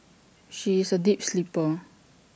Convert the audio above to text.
she is A deep sleeper